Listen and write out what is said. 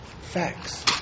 facts